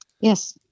Yes